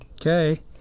Okay